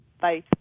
Bye